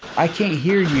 i can't hear